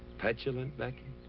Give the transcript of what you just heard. petulant, becky?